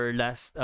last